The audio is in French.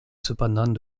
cependant